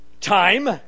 Time